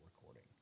recording